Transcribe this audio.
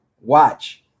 watch